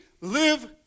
live